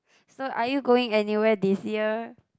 so are you going anywhere this year